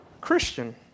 Christian